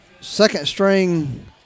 second-string